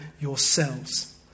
yourselves